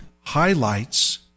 highlights